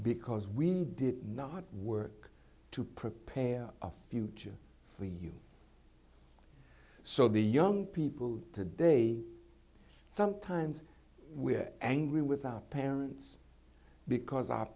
because we did not work to prepare a future for you so the young people today sometimes we're angry with our parents because our